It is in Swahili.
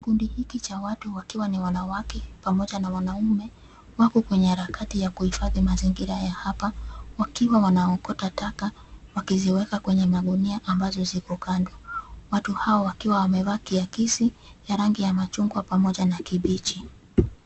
Kundi hiki cha watu wakiwa ni wanawake, pamoja na wanaume, wako kwenye harakati ya kuhifadhi mazingira ya hapa wakiwa wanaokota taka wakiziweka kwa magunia ambazo ziko kando. Watu hao wakiwa wamevaa kiakisi ya rangi ya machungwa pamoja na kibichi.